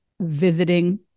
visiting